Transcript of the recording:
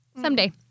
Someday